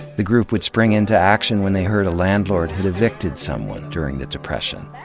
the group would spring into action when they heard a landlord had evicted someone during the depression,